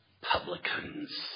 publicans